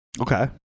Okay